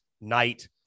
night